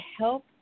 help